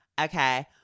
okay